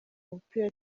umupira